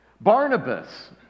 Barnabas